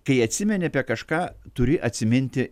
kai atsimeni apie kažką turi atsiminti